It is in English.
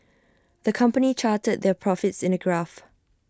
the company charted their profits in A graph